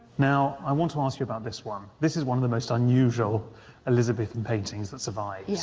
now, i want to ask you about this one. this is one of the most unusual elizabethan paintings that survives.